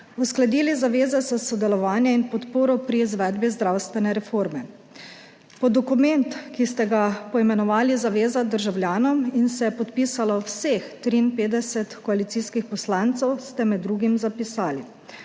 uskladili zaveze za sodelovanje in podporo pri izvedbi zdravstvene reforme. Pod dokument, ki ste ga poimenovali Zaveza državljanom in se je podpisalo vseh 53 koalicijskih poslancev, ste med drugim zapisali,